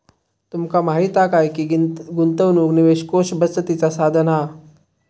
तुमका माहीत हा काय की गुंतवणूक निवेश कोष बचतीचा साधन हा